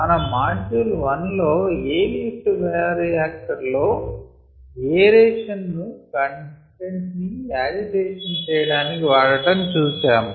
మనం మాడ్యూల్ 1 లో air lift bioreactor లో ఏరేషన్ ను కంటెంట్ని యాజిటీషన్ చేయడానికి వాడటం చూసాము